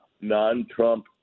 non-Trump